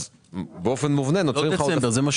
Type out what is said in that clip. אז באופן מובנה נוצרים לך